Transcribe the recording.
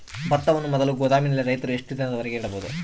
ಭತ್ತವನ್ನು ಮೊದಲು ಗೋದಾಮಿನಲ್ಲಿ ರೈತರು ಎಷ್ಟು ದಿನದವರೆಗೆ ಇಡಬಹುದು?